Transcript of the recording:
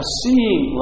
seeing